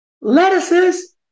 Lettuces